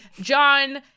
john